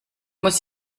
muss